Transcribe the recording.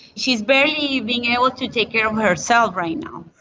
she is barely being able to take care of herself right now.